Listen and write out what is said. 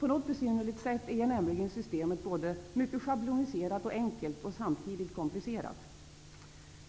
På något besynnerligt sätt är nämligen systemet mycket schabloniserat och enkelt samtidigt som det är komplicerat.